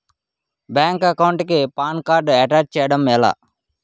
Bank account కి PAN card attach చేయడం ఎలా?